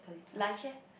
lunch eh